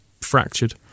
fractured